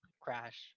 Crash